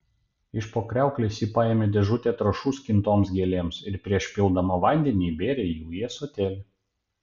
iš po kriauklės ji paėmė dėžutę trąšų skintoms gėlėms ir prieš pildama vandenį įbėrė jų į ąsotėlį